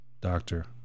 doctor